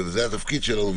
וזה התפקיד שלנו,